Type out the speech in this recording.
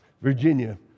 Virginia